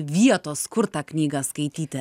vietos kur tą knygą skaityti